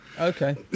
Okay